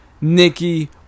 Nikki